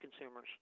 consumers